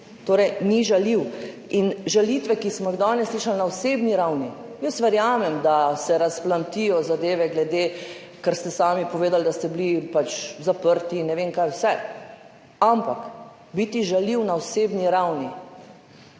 Torej ni žaljiv. Žalitve, ki smo jih danes slišali na osebni ravni – verjamem, da se razplamtijo zadeve glede tega, kar ste sami povedali, da ste bili pač zaprti in ne vem, kaj vse. Ampak biti žaljiv na osebni ravni